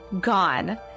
gone